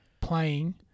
playing